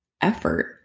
effort